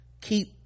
keep